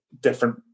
different